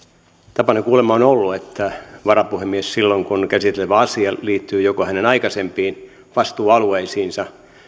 tapana kuulemma on ollut että varapuhemies silloin kun käsiteltävä asia liittyy joko hänen aikaisempiin vastuualueisiinsa